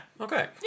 Okay